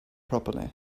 properly